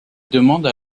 demande